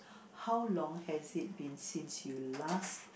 how long has it been since you last